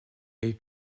est